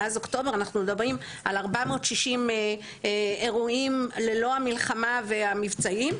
מאז אוקטובר אנחנו מדברים על 460 אירועים ללא המלחמה והמבצעים.